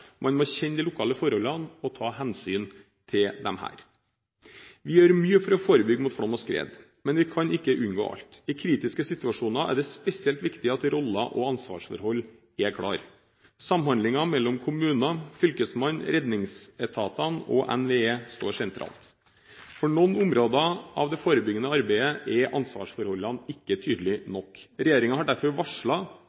Man må kjenne de lokale forholdene og ta hensyn til dem. Vi gjør mye for å forebygge flom og skred, men vi kan ikke unngå alt. I kritiske situasjoner er det spesielt viktig at roller og ansvarsforhold er klare. Samhandlingen mellom kommune, fylkesmann, redningsetatene og NVE står sentralt. For noen områder av det forebyggende arbeidet er ansvarsforholdene ikke